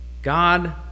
God